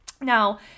Now